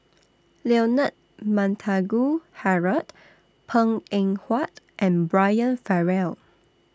Leonard Montague Harrod Png Eng Huat and Brian Farrell